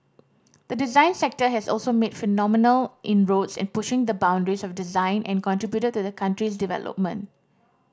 the design sector has also made phenomenal inroads in pushing the boundaries of design and contributed to the country's development